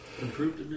Improved